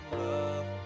love